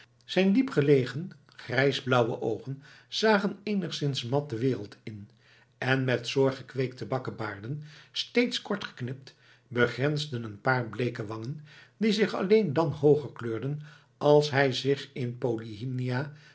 zijn diepliggende grijsblauwe oogen zagen eenigszins mat de wereld in en met zorg gekweekte bakkebaarden steeds kort geknipt begrensden een paar bleeke wangen die zich alleen dan hooger kleurden als hij zich in